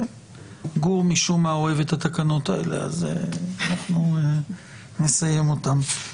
גור משום מה אוהב את התקנות האלה אז אנחנו נסיים אותן.